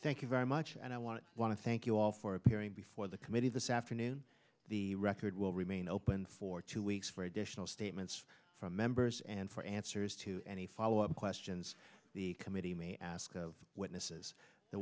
thank you very much and i want to want to thank you all for appearing before the committee this afternoon the record will remain open for two weeks for additional statements from members and for answers to any follow up questions for the committee may ask of witnesses the